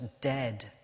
dead